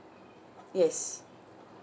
yes